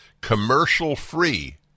commercial-free